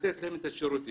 לתת להם את השירותים.